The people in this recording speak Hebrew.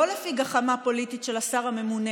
לא לפי גחמה פוליטית של השר הממונה,